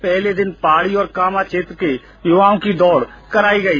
पहले दिन पहाड़ी और कामां क्षेत्र के युवाओं की दौड़ आयोजित की गई